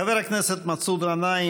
חבר הכנסת מסעוד גנאים,